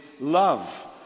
love